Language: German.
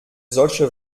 solche